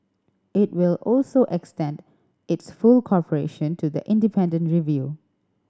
it will also extend its full cooperation to the independent review